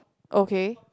okay